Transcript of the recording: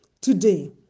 today